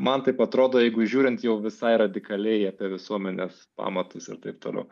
man taip atrodo jeigu žiūrint jau visai radikaliai apie visuomenės pamatus ir taip toliau